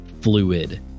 fluid